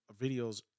videos